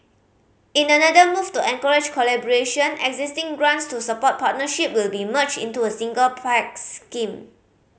in another move to encourage collaboration existing grants to support partnership will be merged into a single Pact scheme